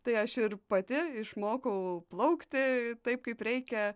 tai aš ir pati išmokau plaukti taip kaip reikia